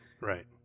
right